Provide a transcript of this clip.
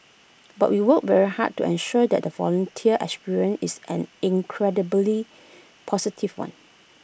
but we work very hard to ensure that the volunteer experience is an incredibly positive one